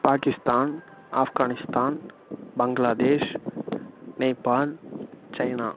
Pakistan Afghanistan Bangladesh Nepal China